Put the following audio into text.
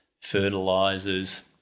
fertilisers